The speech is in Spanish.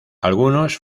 algunos